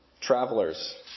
travelers